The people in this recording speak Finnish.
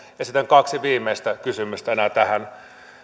esitän kaksi viimeistä kysymystä enää tähän